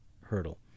hurdle